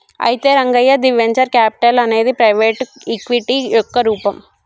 అయితే రంగయ్య ది venture capital అనేది ప్రైవేటు ఈక్విటీ యొక్క రూపం